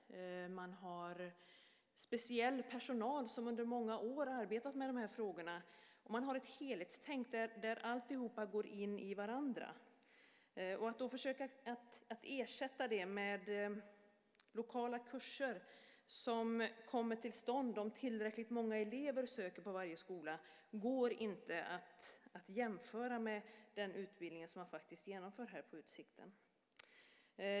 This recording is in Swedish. Man har speciell personal som under många år har arbetat med de här frågorna. Man har ett helhetstänk där alla delar går i varandra. Att försöka ersätta det med lokala kurser som kommer till stånd om tillräckligt många elever söker på varje skola går inte att jämföra med den utbildning som man faktiskt genomför på Utsikten.